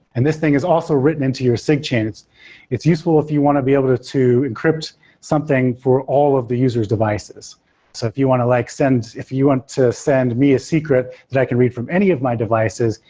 and this thing is also written into your sigchain. it's it's useful if you want to be able to to encrypt something for all of the user s devices so if you want to like send if you want to send me a secret that i can read from any of my devices,